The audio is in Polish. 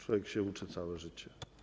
Człowiek się uczy całe życie.